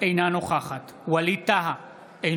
אינה נוכחת ווליד טאהא,